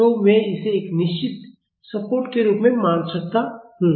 तो मैं इसे एक निश्चित सपोर्ट के रूप में मान सकता हूँ